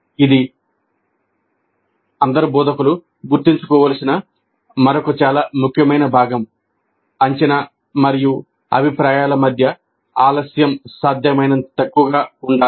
ఇది అందరూ బోధకులు గుర్తుంచుకోవలసిన మరొక చాలా ముఖ్యమైన భాగం అంచనా మరియు అభిప్రాయాల మధ్య ఆలస్యం సాధ్యమైనంత తక్కువగా ఉండాలి